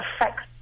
affects